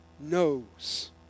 knows